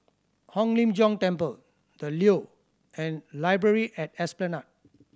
Hong Lim Jiong Temple The Leo and Library at Esplanade